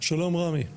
שלום רמי.